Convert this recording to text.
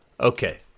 Okay